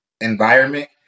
environment